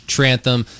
Trantham